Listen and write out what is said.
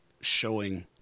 showing